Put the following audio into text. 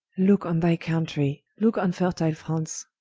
looke on thy country, look on fertile france,